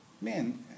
Man